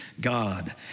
God